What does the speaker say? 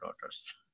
daughters